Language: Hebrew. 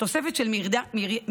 תוספת של מיליארדים